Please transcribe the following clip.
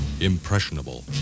Impressionable